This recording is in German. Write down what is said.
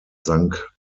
sank